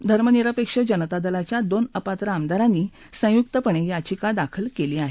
धर्मनिरपेक्ष जनता दलाच्या दोन अपात्र आमदारांनी संयुक्तपणे याचिका दाखल केली आहे